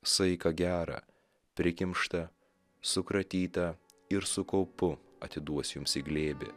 saiką gerą prikimštą sukratytą ir su kaupu atiduos jums į glėbį